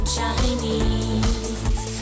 Chinese